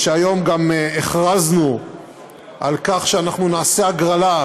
היום גם הכרזנו על כך שאנחנו נעשה הגרלה,